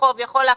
אתה רק